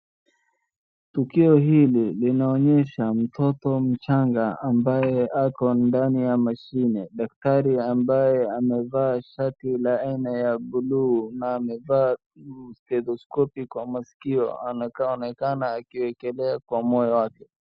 Tukio hili linaonyesha mtoto mchanga ambaye ako ndani ya mashini. Daktari ambaye amevaa shati la aina ya blue na ameva teleskopi kwa masikio anaonekana akiekelea kwa moyo wake.